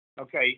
Okay